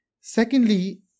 Secondly